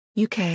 UK